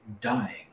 dying